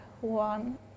one